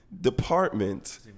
department